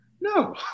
No